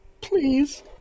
please